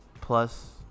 plus